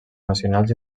nacionals